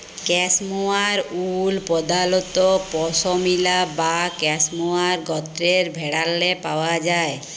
cashmere wool পধালত পশমিলা বা ক্যাসমোয়ার গত্রের ভেড়াল্লে পাউয়া যায়